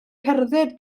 cerdded